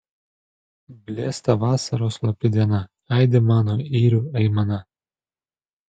blėsta vasaros slopi diena aidi mano yrių aimana